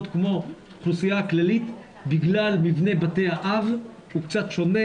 כמו האוכלוסייה הכללית בגלל מבנה בתי האב שהוא קצת שונה,